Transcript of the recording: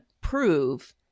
prove